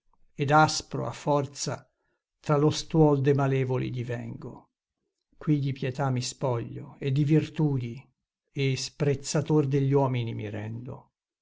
ed aspro a forza tra lo stuol de malevoli divengo qui di pietà mi spoglio e di virtudi e sprezzator degli uomini mi rendo